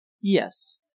Yes